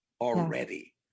already